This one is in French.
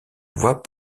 voix